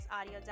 Audio